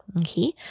Okay